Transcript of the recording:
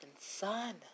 Son